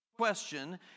question